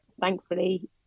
Thankfully